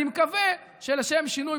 אני מקווה שלשם שינוי,